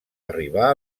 arribar